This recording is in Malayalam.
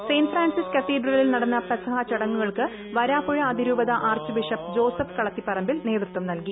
സെന്റ് ഫ്രാൻസിസ് കത്തീഡ്രലിൽ നടന്ന പെസഹാ ചടങ്ങുകൾക്ക് വരാപ്പുഴ അതിരൂപത ആർച്ച് ബിഷപ്പ് ജോസഫ് കളത്തിപറമ്പിൽ നേതൃത്വം നൽകി